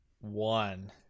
one